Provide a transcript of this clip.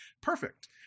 perfect